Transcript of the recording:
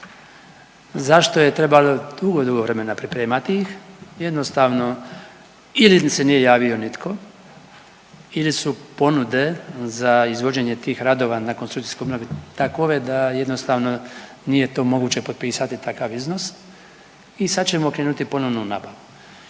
Zašto je trebalo dugo, dugo vremena pripremati ih? Jednostavno, ili im se nije javio nitko ili su ponude za izvođenje tih radova na konstrukcijskoj obnovi takove da jednostavno nije to moguće potpisati takav iznos i sad ćemo krenuti ponovno u nabavu.